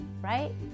right